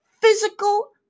physical